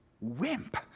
wimp